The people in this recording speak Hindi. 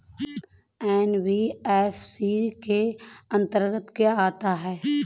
एन.बी.एफ.सी के अंतर्गत क्या आता है?